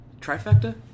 trifecta